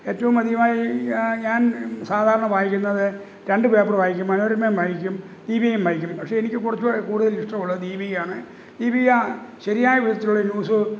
ഏറ്റവും അധികമായി ഞാൻ ഞാൻ സാധാരണ വായിക്കുന്നത് രണ്ട് പേപ്പർ വായിക്കും മനോരമയും വായിക്കും ദീപികയും വായിക്കും പക്ഷേ എനിക്ക് കുറച്ചുകൂടെ കൂടുതൽ ഇഷ്ടമുള്ളത് ദീപികയാണ് ദീപിക ശരിയായ വിധത്തിലുള്ള ന്യൂസ്